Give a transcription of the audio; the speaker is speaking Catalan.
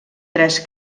tres